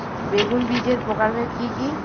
বেগুন বীজের প্রকারভেদ কি কী?